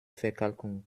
verkalkung